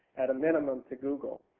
at a minimum, to google.